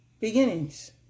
beginnings